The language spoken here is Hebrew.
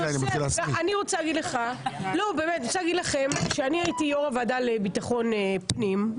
אני רוצה להגיד לכם שאני הייתי יושבת ראש הוועדה לביטחון פנים,